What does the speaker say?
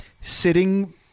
sitting